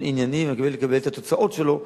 ענייני ואני מקווה לקבל את התוצאות שלו,